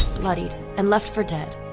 bloodied, and left for dead,